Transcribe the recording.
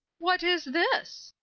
what is this?